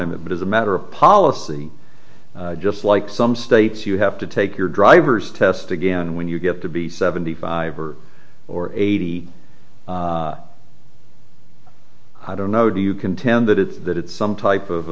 a bit as a matter of policy just like some states you have to take your driver's test again when you get to be seventy five or or eighty i don't know do you contend that it's that it's some type of